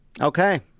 Okay